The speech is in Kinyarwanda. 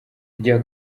rya